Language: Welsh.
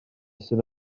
sydd